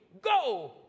Go